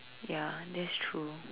ya that's true